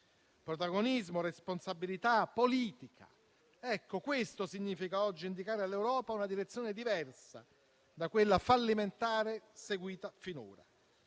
Protagonismo, responsabilità, politica: questo significa oggi indicare all'Europa una direzione diversa da quella fallimentare seguita finora,